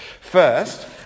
First